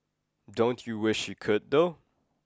don't you wish you could though